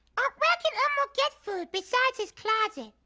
ah where can elmo get food besides his closet?